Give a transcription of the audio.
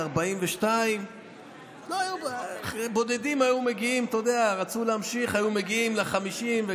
42. בודדים רצו להמשיך והיו מגיעים ל-50.